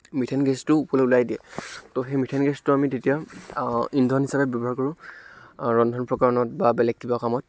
methane গেছটো ওপৰলৈ ওলাই দিয়ে ত' সেই মিথেন গেছটো আমি তেতিয়া ইন্ধন হিচাপে ব্যৱহাৰ কৰোঁ ৰন্ধন প্ৰকাৰণত বা বেলেগ কিবা কামত